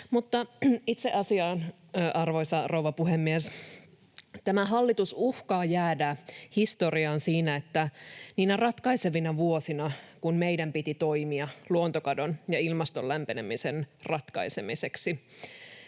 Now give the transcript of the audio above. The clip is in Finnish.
Mutta itse asiaan, arvoisa rouva puhemies: Tämä hallitus uhkaa jäädä historiaan siinä, että niinä ratkaisevina vuosina, kun meidän piti toimia luontokadon ja ilmaston lämpenemisen ratkaisemiseksi,